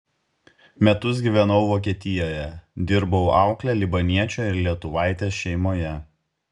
metus gyvenau vokietijoje dirbau aukle libaniečio ir lietuvaitės šeimoje